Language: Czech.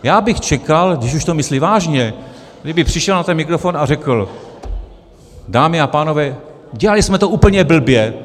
Já bych čekal, když už to myslí vážně, kdyby přišel na ten mikrofon a řekl: Dámy a pánové, dělali jsme to úplně blbě.